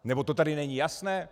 Nebo to tady není jasné?